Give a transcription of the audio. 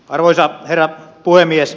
arvoisa herra puhemies